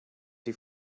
die